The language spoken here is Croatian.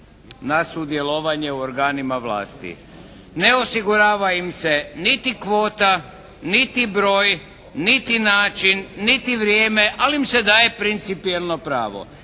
na sudjelovanje u organima vlasti. Ne osigurava im se niti kvota, niti broj, niti način, niti vrijeme, ali im se daje principijelno pravo.